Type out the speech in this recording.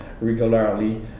regularly